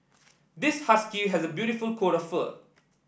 this husky has a beautiful coat of fur